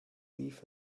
leave